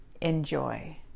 Enjoy